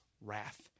wrath